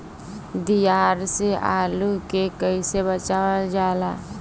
दियार से आलू के कइसे बचावल जाला?